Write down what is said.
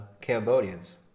Cambodians